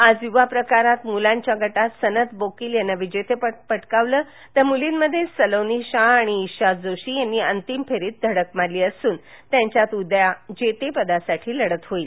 आज युवा प्रकारात मुलांच्या गटात सनत बोकील यानं विजेतेपद पटकावलं तर मुलींमध्ये सलोनी शहा आणि ईशा जोशी यांनी अंतिम फेरीत धडक मारली असुन यांच्यात उद्या जेतेपदासाठी लढत होईल